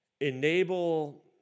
enable